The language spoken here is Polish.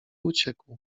uciekł